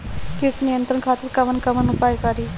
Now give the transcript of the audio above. कीट नियंत्रण खातिर कवन कवन उपाय करी?